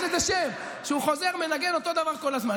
יש לזה שם, שהוא חוזר, מנגן אותו דבר כל הזמן.